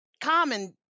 common